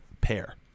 pair